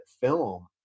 film